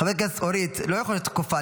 חברת הכנסת אורית, לא יכול להיות שאת כופה.